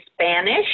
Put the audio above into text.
Spanish